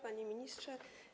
Panie Ministrze!